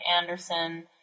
Anderson